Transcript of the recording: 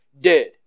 dead